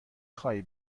خوای